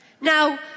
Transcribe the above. Now